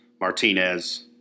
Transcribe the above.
Martinez